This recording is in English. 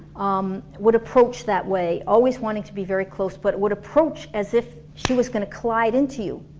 um would approach that way always wanting to be very close but would approach as if she was gonna collide into you